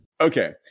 Okay